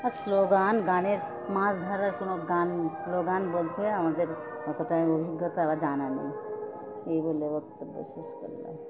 আর slogan গানের মাছ ধরার কোনো গান স্লোগান বলতে আমাদের অতটাই অভিজ্ঞতা বা জানা নেই এই বলে বক্তব্য শেষ করলাম